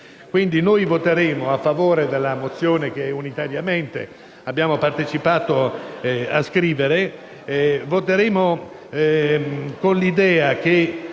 Voteremo pertanto a favore della mozione che unitariamente abbiamo partecipato a scrivere;